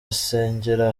asengera